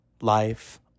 life